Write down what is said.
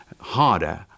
harder